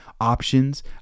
options